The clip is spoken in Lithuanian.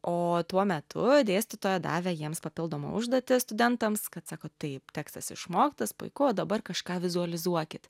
o tuo metu dėstytoja davė jiems papildomą užduotį studentams kad sako taip tekstas išmoktas puiku o dabar kažką vizualizuokit